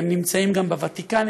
נמצאים גם בוותיקן,